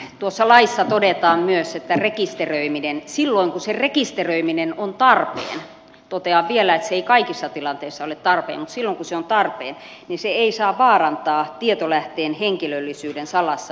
tuossa laissa todetaan myös että rekisteröiminen silloin kun se rekisteröiminen on tarpeen totean vielä että se ei kaikissa tilanteissa ole tarpeen mutta silloin kun se on tarpeen ei saa vaarantaa tietolähteen henkilöllisyyden salassa pysymistä